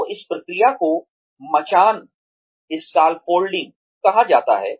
तो इस प्रक्रिया को मचान कहा जाता है